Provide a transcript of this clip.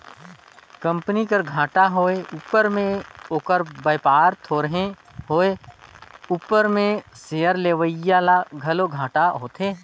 company कर घाटा होए उपर में ओकर बयपार थोरहें होए उपर में सेयर लेवईया ल घलो घाटा होथे